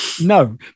No